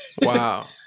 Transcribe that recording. Wow